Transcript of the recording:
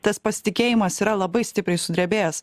tas pasitikėjimas yra labai stipriai sudrebėjęs